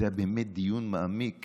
וזה היה באמת דיון מעמיק